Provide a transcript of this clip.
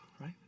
right